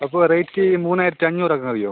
അപ്പോൾ റേറ്റ് മൂവായിരത്തഞ്ഞൂറ് തന്നാൽ മതിയോ